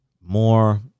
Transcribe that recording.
more